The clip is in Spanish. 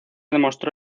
demostró